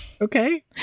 Okay